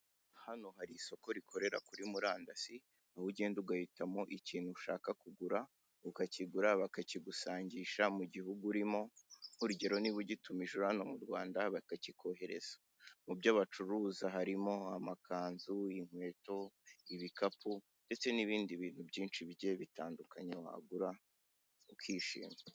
Hano hari isoko rikorera kuri murandasi, aho ugenda ugahitamo ikintu ushaka kugura, ukakigura bakakigusangisha mu gihugu urimo, urugero; niba ugitumije uri hano mu Rwanda, bakakikohereza. Mu byo bacuruza harimo amakanzu, inkweto, ibikapu, ndetse n'ibindi bintu byinshi bigiye bitandukanye wagura ukishima.